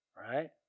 right